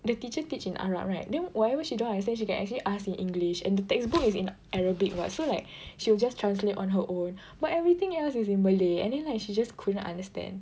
the teacher teach in Arab right then whatever she don't understand she can actually ask in English and the textbook is in Arabic what so like she'll just translate on her own but everything else is in Malay and then like she just couldn't understand